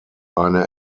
eine